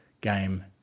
game